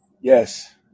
Yes